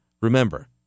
Remember